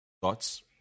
Thoughts